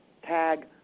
tag